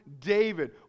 David